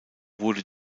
wurde